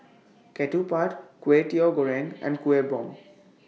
Ketupat Kway Teow Goreng and Kueh Bom